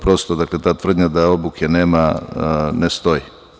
Prosto, ta tvrdnja da obuke nema ne stoji.